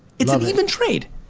it's an even trade.